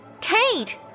Kate